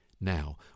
Now